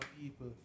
people